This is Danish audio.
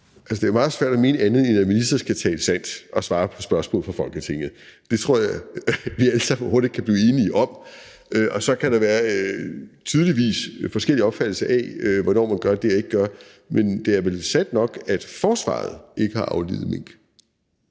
det er meget svært at mene andet, end at en minister skal tale sandt og svare på spørgsmål fra Folketinget. Det tror jeg vi alle sammen hurtigt kan blive enige om. Og så kan der tydeligvis være forskellige opfattelser af, hvornår man gør det, og hvornår man ikke gør det. Men det er vel sandt nok, at forsvaret ikke har aflivet mink.